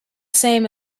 same